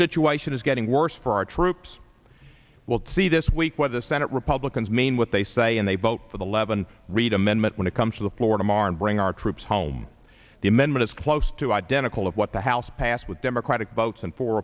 situation is getting worse for our troops we'll see this week where the senate republicans mean what they say and they vote for the levin reid amendment when it comes to the floor tomorrow bring our troops home the amendment is close to identical of what the house passed with democratic votes and for